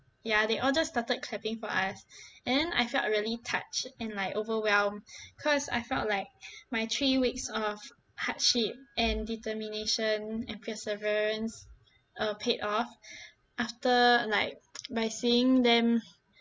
ya they all just started clapping for us and then I felt really touched and like overwhelmed cause I felt like my three weeks of hardship and determination and perseverance uh paid off after like by seeing them